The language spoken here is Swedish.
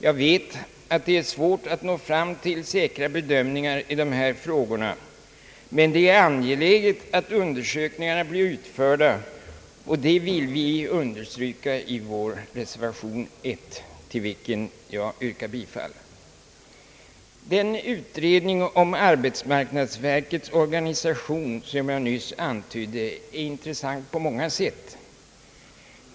Jag vet att det är svårt att få fram en säker bedömning i dessa frågor, men det är angeläget att undersökningarna blir utförda, och det vill vi understryka i vår reservation nr 1, till vilken jag yrkar bifall. Den utredning om arbetsmarknadsverkets organisation, som jag nyss nämnde, är intressant på många sätt.